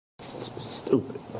stupid